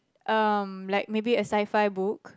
um like maybe a sci fi book